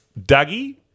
Dougie